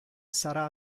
sarà